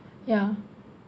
ya